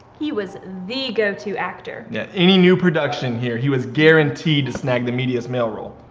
he was the go to actor. yeah any new production here, he was guaranteed to snag the meatiest male role.